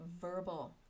verbal